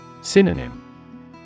Synonym